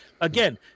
again